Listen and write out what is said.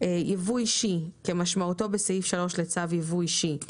"ייבוא אישי" כמשמעותו בסעיף 3 לצו ייבוא אישי,